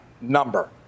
number